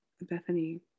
Bethany